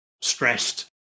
stressed